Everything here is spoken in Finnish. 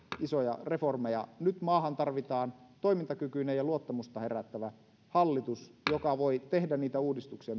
isoja reformeja nyt maahan tarvitaan toimintakykyinen ja luottamusta herättävä hallitus joka voi tehdä niitä uudistuksia